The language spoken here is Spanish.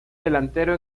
delantero